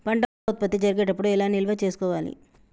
పంట ఉత్పత్తి జరిగేటప్పుడు ఎలా నిల్వ చేసుకోవాలి?